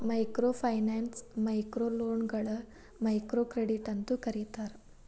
microfinance ಮೈಕ್ರೋಲೋನ್ಗಳ microcredit ಅಂತೂ ಕರೇತಾರ